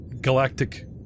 galactic